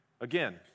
Again